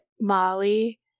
Molly